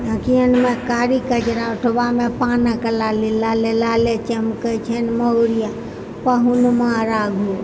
अँखियनमे कारि कजरा ओठवामे पानक लाले लाले लाले लाले चमकय छनि महुरिया पहुनवा राघो